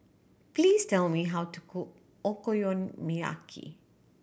please tell me how to cook Okonomiyaki